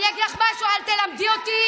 אני אגיד לך משהו, אל תלמדי אותי.